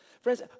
Friends